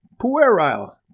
puerile